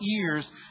ears